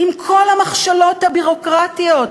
עם כל המכשלות הביורוקרטיות,